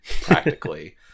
practically